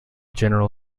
general